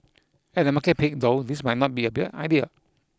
at a market peak though this might not be a bad idea